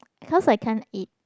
cause I can't eat